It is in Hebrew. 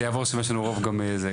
זה יעבור מכיוון שיש לנו רוב גם זה,